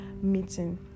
meeting